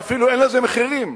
ואפילו אין לזה מחירים.